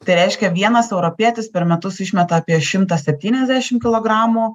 tai reiškia vienas europietis per metus išmeta apie šimtą septyniasdešim kilogramų